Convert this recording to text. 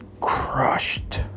crushed